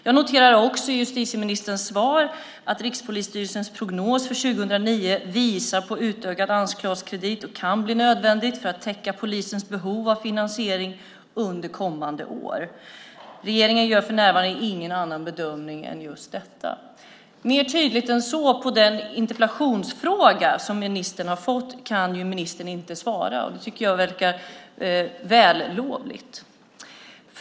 Jag noterar också i justitieministerns svar att Rikspolisstyrelsens prognos för 2009 visar att en utökad anslagskredit kan bli nödvändig för att täcka polisens behov av finansiering under kommande år. Regeringen gör för närvarande ingen annan bedömning än just detta. Mer tydligt än så kan ministern inte svara på denna fråga i interpellationen. Det tycker jag verkar vällovligt.